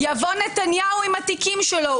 יבוא נתניהו עם התיקים שלו.